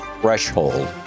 Threshold